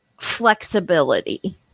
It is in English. flexibility